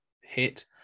hit